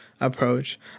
approach